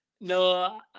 No